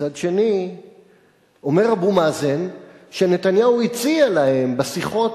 מצד שני אומר אבו מאזן שנתניהו הציע להם בשיחות